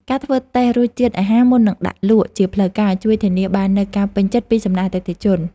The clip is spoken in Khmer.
ការធ្វើតេស្តរសជាតិអាហារមុននឹងដាក់លក់ជាផ្លូវការជួយធានាបាននូវការពេញចិត្តពីសំណាក់អតិថិជន។